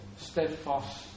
steadfast